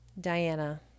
Diana